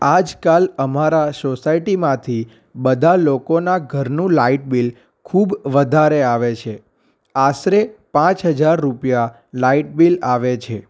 આજકાલ અમારા સોસાયટીમાંથી બધાં લોકોના ઘરનું લાઈટ બિલ ખૂબ વધારે આવે છે આશરે પાંચ હજાર રૂપિયા લાઈટ બિલ આવે છે